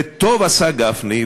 וטוב עשה גפני,